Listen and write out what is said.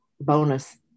bonus